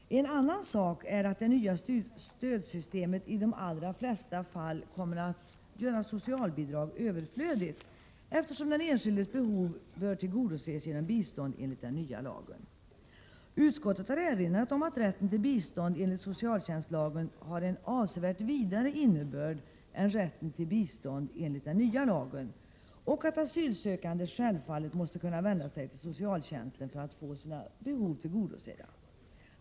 En annan sak är att det nya stödsystemet i de allra flesta fall kommer att göra socialbidrag överflödigt, eftersom den enskildes behov bör tillgodoses genom bistånd enligt den nya lagen. Utskottet har erinrat om att rätten till bistånd enligt socialtjänstlagen har en avsevärt vidare innebörd än rätten till bistånd enligt den nya lagen och att asylsökande självfallet måste kunna vända sig till socialtjänsten för att få sina behov tillgodosedda.